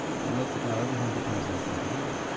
but note that now everything depends on point of view.